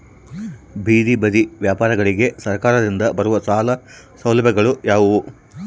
ಬೇದಿ ಬದಿ ವ್ಯಾಪಾರಗಳಿಗೆ ಸರಕಾರದಿಂದ ಬರುವ ಸಾಲ ಸೌಲಭ್ಯಗಳು ಯಾವುವು?